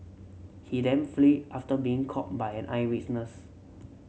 he then flee after being caught by an eyewitness